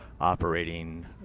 operating